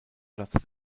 platzte